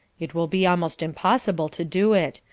it will be almost impossible to do it.